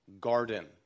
garden